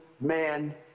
man